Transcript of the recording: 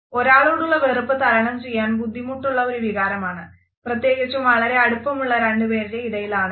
ഒരാളോടുള്ള വെറുപ്പ് തരണം ചെയ്യാൻ ബുദ്ധിമുട്ടുള്ള ഒരു വികാരമാണ് പ്ര്യത്യേകിച്ചും വളരെ അടുപ്പമുള്ള രണ്ടു പേരുടെ ഇടയിലാണെങ്കിൽ